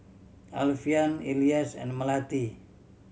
Alfian Elyas and Melati